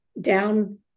down